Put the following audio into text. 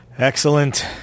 Excellent